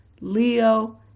Leo